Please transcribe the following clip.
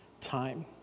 time